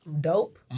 Dope